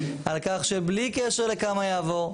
על כך שבלי קשר לכמה יעבור,